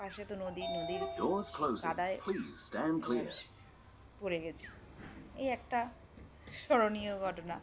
পাশে তো নদী নদীর সেই কাদায় এবার পড়ে গিয়েছি এই একটা স্মরণীয় ঘটনা